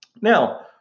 Now